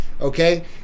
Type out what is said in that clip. okay